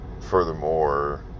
furthermore